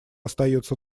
остается